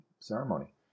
ceremony